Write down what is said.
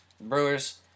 Brewers